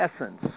essence